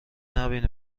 نبینی